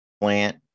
plant